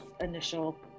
initial